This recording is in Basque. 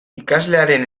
ikaslearen